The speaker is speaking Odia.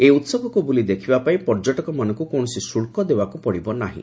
ଏହି ଉତ୍ସବକୁ ବୁଲି ଦେଖିବା ପାଇଁ ପର୍ଯ୍ୟଟକମାନଙ୍କୁ କୌଣସି ଶୁଳ୍କ ଦେବାକୁ ପଡ଼ିବ ନାହିଁ